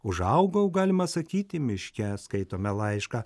užaugau galima sakyti miške skaitome laišką